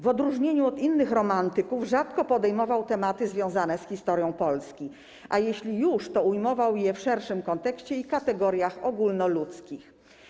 W odróżnieniu od innych romantyków rzadko podejmował tematy związane z historią Polski, a jeśli już, to ujmował je w szerszym kontekście i kategoriach ogólnoludzkich.